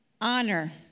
Honor